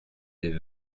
des